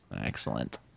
Excellent